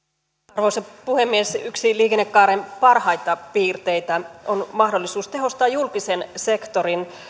arvoisa puhemies yksi liikennekaaren parhaita piirteitä on mahdollisuus tehostaa julkisen sektorin